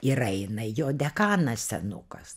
ir eina jo dekanas senukas